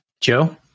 Joe